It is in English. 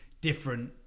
different